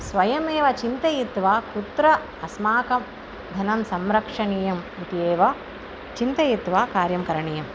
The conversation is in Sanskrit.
स्वयमेव चिन्तयित्वा कुत्र अस्माकं धनं संरक्षणीयम् इत्येव चिन्तयित्वा कार्यं करणीयम्